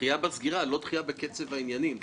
דחייה בסגירה, לא דחייה בקצב העניינים.